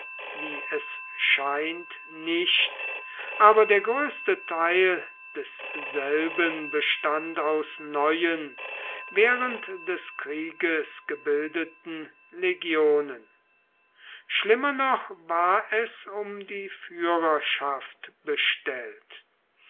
wie es scheint nicht aber der größte teil desselben bestand aus neuen während des krieges gebildeten legionen schlimmer noch war es um die führerschaft bestellt